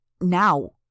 Now